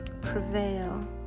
prevail